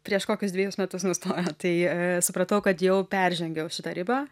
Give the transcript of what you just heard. prieš kokius dvejus metus nustojo tai supratau kad jau peržengiau šitą ribą